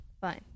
Fine